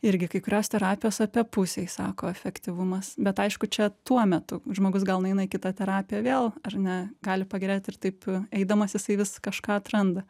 irgi kai kurios terapijos apie pusei sako efektyvumas bet aišku čia tuo metu žmogus gal nueina į kitą terapiją vėl ar ne gali pagerėt ir taip eidamas jisai vis kažką atranda